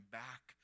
back